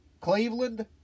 Cleveland